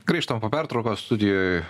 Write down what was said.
grįžtam po pertraukos studijoj